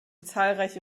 zahlreiche